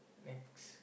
next